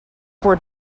were